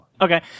Okay